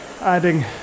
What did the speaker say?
adding